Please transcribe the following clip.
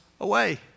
away